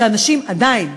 שאנשים עדיין,